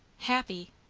happy!